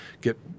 get